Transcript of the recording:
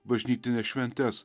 bažnytines šventes